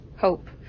hope